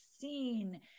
seen